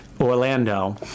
Orlando